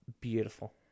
Beautiful